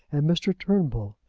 and mr. turnbull,